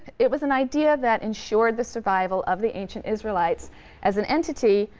it was an idea that ensured the survival of the ancient israelites as an entity,